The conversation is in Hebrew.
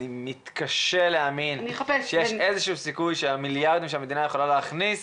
אני מתקשה להאמין שיש סיכוי שהמיליארדים שהמדינה יכולה להכניס